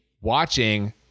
watching